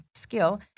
skill